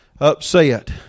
upset